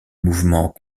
mouvement